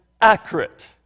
accurate